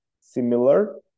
similar